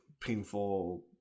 painful